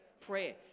Prayer